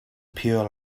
pure